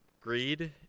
greed